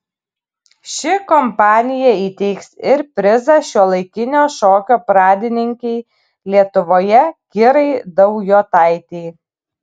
ši kompanija įteiks ir prizą šiuolaikinio šokio pradininkei lietuvoje kirai daujotaitei